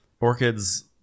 Orchids